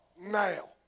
Now